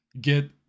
get